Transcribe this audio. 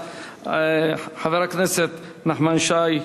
חבר הכנסת נחמן שי,